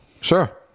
Sure